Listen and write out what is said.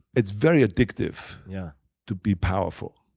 it's very addictive yeah to be powerful.